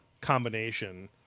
combination